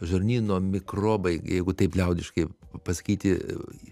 žarnyno mikrobai jeigu taip liaudiškai pasakyti